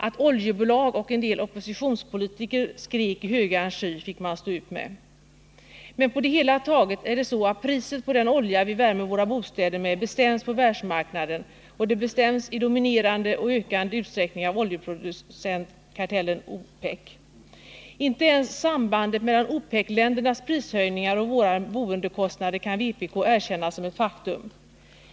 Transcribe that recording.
Att oljebolag och en del oppositionspolitiker skrek i högan sky fick man stå ut med. Men på det hela taget är det så att priset på den olja vi värmer våra bostäder med bestäms på världsmarknaden, och det bestäms i dominerande och ökande utsträckning av oljeproducentkartellen OPEC. Inte ens sambandet mellan OPEC-ländernas prishöjningar och våra bostadskostnader kan vpk erkänna som ett faktum.